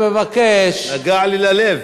נגע לי ללב.